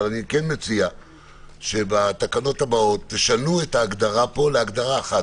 אבל אני מציע שבתקנות הבאות תשנו את ההגדרה פה אחת להגדרה אחת,